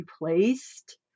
replaced